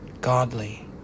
godly